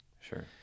Sure